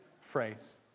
phrase